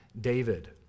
David